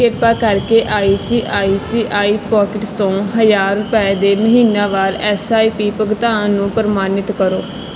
ਕਿਰਪਾ ਕਰਕੇ I C I C I Pockets ਤੋਂ ਹਜ਼ਾਰ ਰੁਪਏ ਦੇ ਮਹੀਨਾਵਾਰ ਐੱਸ ਆਈ ਪੀ ਭੁਗਤਾਨ ਨੂੰ ਪ੍ਰਮਾਣਿਤ ਕਰੋ